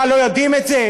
מה, לא יודעים את זה?